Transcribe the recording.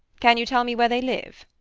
can you tell me where they live?